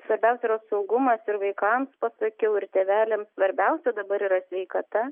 svarbiausia yra saugumas ir vaikams pasakiau ir tėveliams svarbiausia dabar yra sveikata